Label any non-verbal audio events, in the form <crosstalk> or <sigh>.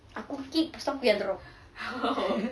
aku kick siapa yang drop <laughs>